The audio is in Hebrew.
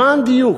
למען דיוק,